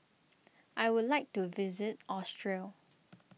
I would like to visit Austria